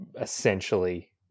essentially